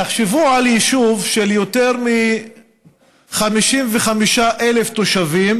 תחשבו על יישוב של יותר מ-55,000 תושבים